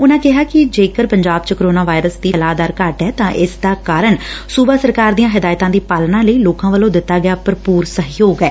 ਉਨਾਂ ਕਿਹਾ ਕਿ ਅੱਜ ਜੇਕਰ ਪੰਜਾਬ ਚ ਕੋਰੋਨਾ ਦੀ ਫੈਲਾਅ ਦਰ ਘੱਟ ਐ ਤਾਂ ਇਸਦਾ ਕਾਰਨ ਸੁਬਾ ਸਰਕਾਰ ਦੀਆਂ ਹਦਾਇਤਾਂ ਦੀ ਪਾਲਣਾ ਲਈ ਲੋਕਾਂ ਵੱਲੋ ਦਿੱਤਾ ਗਿਆ ਭਰਪੁਰ ਸਹਿਯੋਗ ਐ